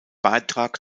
beitrag